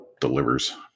delivers